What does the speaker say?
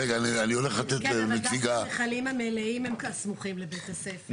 גם המכלים המלאים סמוכים לבית הספר.